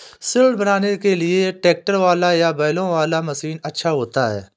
सिल बनाने के लिए ट्रैक्टर वाला या बैलों वाला मशीन अच्छा होता है?